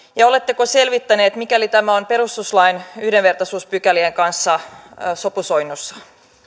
oletteko selvittäneet onko tämä perustuslain yhdenvertaisuuspykälien kanssa sopusoinnussa